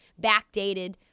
backdated